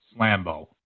Slambo